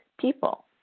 people